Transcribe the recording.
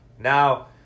Now